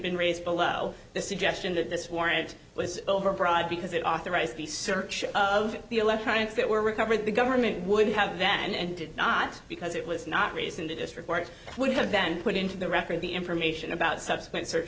been raised below the suggestion that this war it was over a bribe because it authorized the search of the electronics that were recovered the government would have then and did not because it was not raised in the district where it would have been put into the record the information about subsequent search